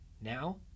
now